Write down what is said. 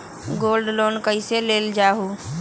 Gold loan कईसे लेल जाहु?